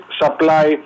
supply